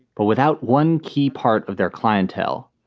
but without one key part of their clientele,